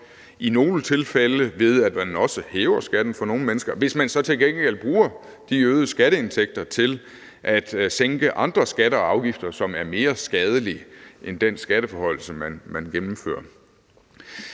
i nogle tilfælde, ved at man også hæver skatten for nogle mennesker, hvis man så til gengæld bruger de øgede skatteindtægter til at sænke andre skatter og afgifter, som er mere skadelige end den skatteforhøjelse, som man gennemfører.